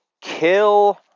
kill